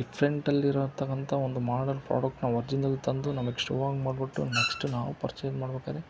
ಡಿಫ್ರೆಂಟಲ್ಲಿರೋಂಥ ಅಂಥ ಒಂದು ಮಾಡಲ್ ಪ್ರಾಡಕ್ಟನ್ನ ಒರ್ಜಿನಲ್ ತಂದು ನಮ್ಗೆ ಶೋ ಆನ್ ಮಾಡ್ಬಿಟ್ಟು ನೆಕ್ಸ್ಟ್ ನಾವು ಪರ್ಚೇಸ್ ಮಾಡ್ಬೇಕಾದ್ರೆ